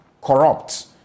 corrupt